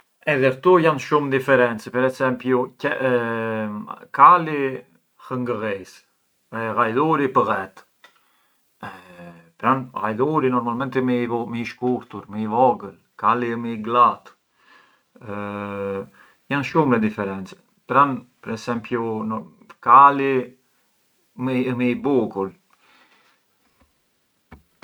Edhe këtu janë shumë differenze, kali rrëngëllis, ghajdhuri bëllet, pran ghajdhuri ë më i shkurtur e kali më i glat, janë shumë le differenze, pran per esempiu kali ë më i bukur.